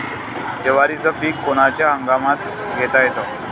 जवारीचं पीक कोनच्या हंगामात घेता येते?